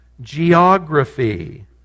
geography